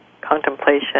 contemplation